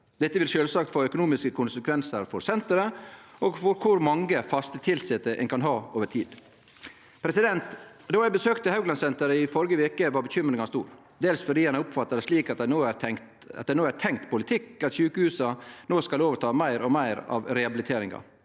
Dette vil sjølvsagt få økonomiske konsekvensar for senteret og for kor mange fast tilsette ein kan ha over tid. Då eg besøkte Hauglandsenteret i førre veke, var bekymringa stor, dels fordi ein oppfatta det slik at det no er tenkt politikk at sjukehusa skal overta meir og meir av rehabiliteringa.